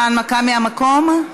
אתה בהנמקה מהמקום?